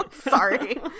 Sorry